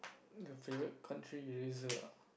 the favourite country eraser ah